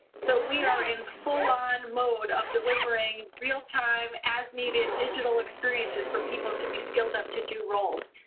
so. we are in full-on load of delivering realtime, as-needed, digital experiences for people to be skilled up to do roles.